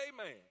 amen